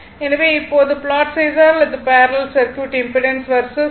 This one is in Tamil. எனவே இப்போது செய்தால் அது பேரலல் சர்க்யூட் இம்பிடன்ஸ் வெர்சஸ் ω